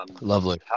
Lovely